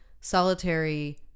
solitary